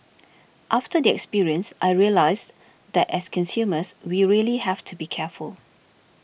after the experience I realised that as consumers we really have to be careful